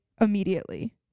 immediately